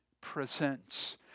presents